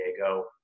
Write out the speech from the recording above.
Diego